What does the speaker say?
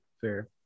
Fair